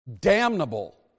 damnable